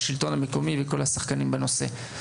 השלטון המקומי וכל השחקנים בנושא.